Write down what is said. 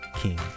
King